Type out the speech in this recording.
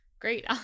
great